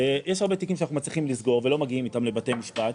יש הרבה תיקים שאנחנו מצליחים לסגור ולא מגיעים איתם לבתי משפט,